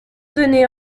donné